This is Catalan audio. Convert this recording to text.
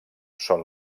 són